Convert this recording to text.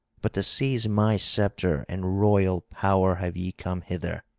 but to seize my sceptre and royal power have ye come hither.